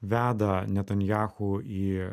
veda netanjahu į